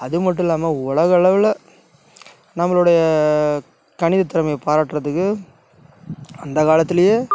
அதுமட்டும் இல்லாமல் உலகளவுல நம்மளுடைய கணித திறமைய பாராட்டுகிறதுக்கு அந்தக் காலத்துலேயே